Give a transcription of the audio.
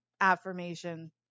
affirmation